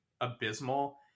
abysmal